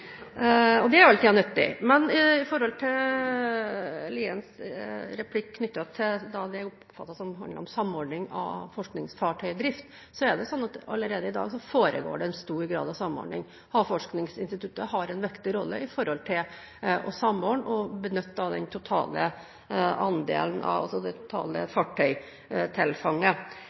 og det er jo alltid nyttig! Til Liens replikk knyttet til det jeg oppfattet handlet om samordning av forskningsfartøydrift: Allerede i dag foregår det en stor grad av samordning. Havforskningsinstituttet har en viktig rolle i å samordne og benytte det totale fartøytilfanget.